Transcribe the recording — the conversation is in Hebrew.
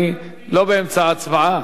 לא באמצע הצבעה.